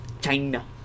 China